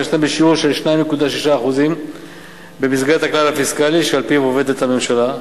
בשיעור של 2.6% במסגרת הכלל הפיסקלי שעל-פיו עובדת הממשלה.